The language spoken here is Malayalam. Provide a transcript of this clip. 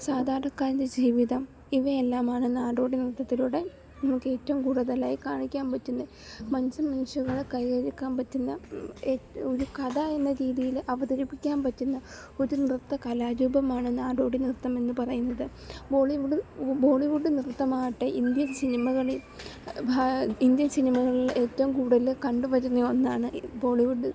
സാധാരണക്കാരൻ്റെ ജീവിതം ഇവയെല്ലാമാണ് നാടോടി നൃത്തത്തിലൂടെ നമുക്ക് ഏറ്റവും കൂടുതലായി കാണിക്കാൻ പറ്റുന്നത് മനുഷ്യ മനസ്സുകളെ കയ്യിലെടുക്കാൻ പറ്റുന്ന ഒരു കഥ എന്ന രീതിയില് അവതരിപ്പിക്കാൻ പറ്റുന്ന ഒര് നൃത്തകലാരൂപമാണ് നാടോടി നൃത്തം എന്ന് പറയുന്നത് ബോളിവുഡ് ബോളിവുഡ് നൃത്തം ആകട്ടെ ഇന്ത്യൻ സിനിമകളിൽ ഇന്ത്യൻ സിനിമകളിൽ ഏറ്റവും കൂടുതല് കണ്ടുവരുന്ന ഒന്നാണ് ബോളിവുഡ്